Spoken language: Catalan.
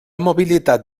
mobilitat